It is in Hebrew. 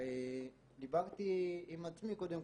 ודיברתי עם עצמי קודם,